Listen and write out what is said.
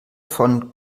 von